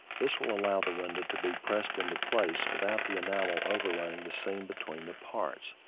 this will allow the window to be pressed into place without the enamel overrunning the seam between the parts.